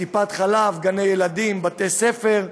טיפת-חלב, גני-ילדים, בתי-ספר,